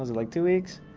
like two weeks?